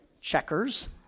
checkers